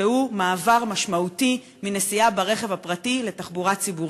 והוא מעבר משמעותי מנסיעה ברכב הפרטי לתחבורה ציבורית.